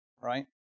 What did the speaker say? Right